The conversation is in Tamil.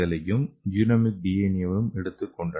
ஏவையும் எடுத்துக் கொண்டனர்